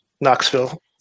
Knoxville